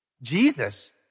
Jesus